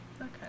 Okay